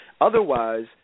Otherwise